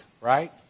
right